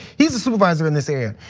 he's a supervisor in this area.